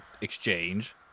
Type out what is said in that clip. exchange